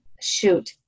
Shoot